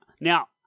Now